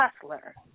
Hustler